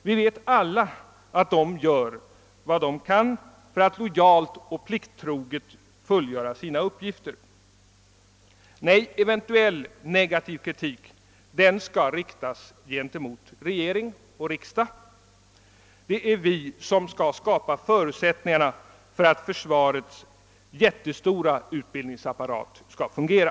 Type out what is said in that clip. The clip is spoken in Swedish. Vi vet alla att de gör vad de kan för att lojalt och plikttroget sköta sina uppgifter. Nej, eventuell negativ kritik skall riktas mot regering och riksdag; det är vi som skall skapa förutsättningarna för att försvarets jättestora utbildningsapparat skall fungera.